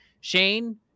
Shane